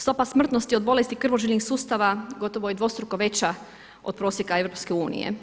Stopa smrtnosti od bolesti krvožilnih sustava gotovo je dvostruko veća od prosjeka EU.